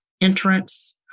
entrance